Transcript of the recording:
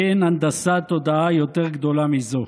אין הנדסת תודעה יותר גדולה מזו.